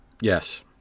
Yes